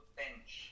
bench